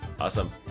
Awesome